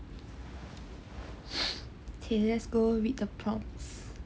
K let's go read the prompts